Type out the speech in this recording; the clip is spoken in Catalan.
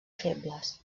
febles